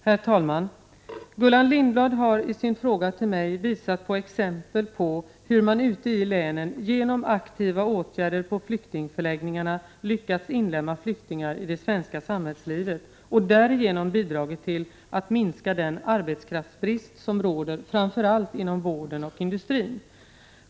Herr talman! Gullan Lindblad har i sin fråga till mig visat på exempel på hur man ute i länen genom aktiva åtgärder på flyktingförläggningarna lyckats inlemma flyktingar i det svenska samhällslivet och därigenom bidragit till att minska den arbetskraftsbrist som råder framför allt inom vården och industrin.